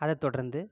அதை தொடர்ந்து